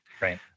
Right